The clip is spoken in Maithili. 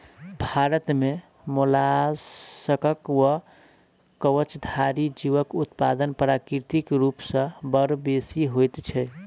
भारत मे मोलास्कक वा कवचधारी जीवक उत्पादन प्राकृतिक रूप सॅ बड़ बेसि होइत छै